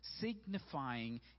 signifying